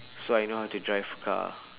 so I know how to drive car